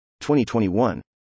2021